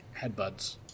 headbuds